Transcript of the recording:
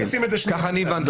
כך הבנתי.